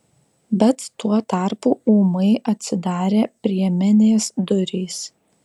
bet tuo tarpu ūmai atsidarė priemenės durys